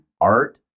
art